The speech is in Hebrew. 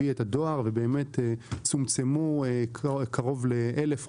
את הדואר - ובאמת צומצמו קרוב ל-1,000 עובדים,